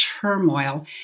turmoil